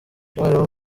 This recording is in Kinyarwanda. umwarimu